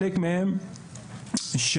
יש